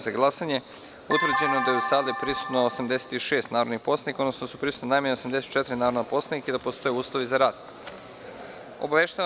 za glasanje, utvrđeno da je u sali prisutno 86 narodnih poslanika, odnosno da su prisutna najmanje 84 narodna poslanika i da postoje uslovi za rad Narodne skupštine.